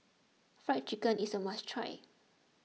Fried Chicken is a must try